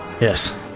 Yes